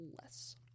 less